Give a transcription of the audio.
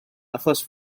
achos